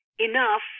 enough